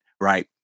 Right